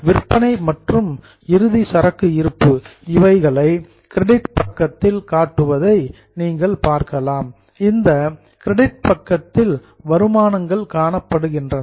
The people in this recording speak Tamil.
சேல்ஸ் விற்பனை மற்றும் கிளோசிங் ஸ்டாக் இறுதி சரக்கு இருப்பு இவைகளை கிரெடிட் சைடு கிரெடிட் பக்கத்தில் காட்டப்படுவதை நீங்கள் பார்க்கலாம் இந்த கிரெடிட் பக்கத்தில் வருமானங்கள் காணப்படுகின்றன